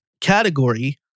category